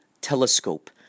Telescope